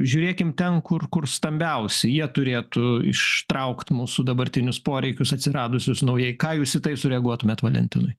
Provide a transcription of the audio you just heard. žiūrėkim ten kur kur stambiausi jie turėtų ištraukt mūsų dabartinius poreikius atsiradusius naujai ką jūs į tai sureaguotumėt valentinui